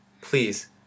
Please